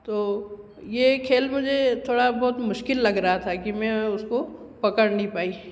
तो ये खेल मुझे थोड़ा बहुत मुश्किल लग रहा था की मैं उसको पकड़ नहीं पाई